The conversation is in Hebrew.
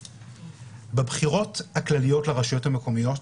בבחירות הכלליות לרשויות המקומיות